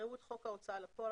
יקראו את חוק ההוצאה לפועל,